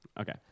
Okay